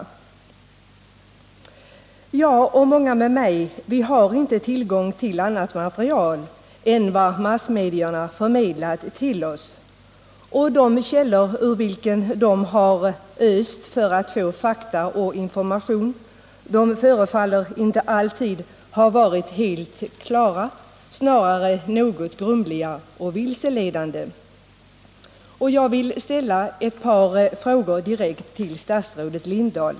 Jag och många med mig har inte tillgång till annat material än vad massmedierna förmedlat till oss. De källor ur vilka de har öst för att få fakta och information förefaller inte alltid ha varit helt klara, snarare något grumliga och vilseledande. Jag vill därför ställa ett par frågor direkt till statsrådet Lindahl.